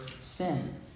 sin